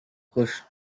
plus